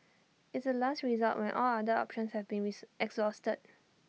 it's A last resort when all other options have been exhausted